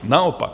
Naopak.